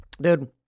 dude